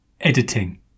editing